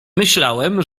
myślałem